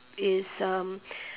is um